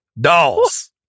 Dolls